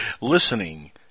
listening